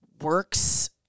works